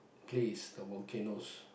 place the volcanoes